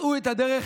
מצאו את הדרך,